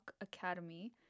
Academy